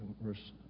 verse